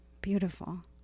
Beautiful